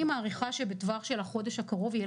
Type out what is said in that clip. אני מעריכה שבטווח של החודש הקרוב יהיו